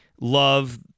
love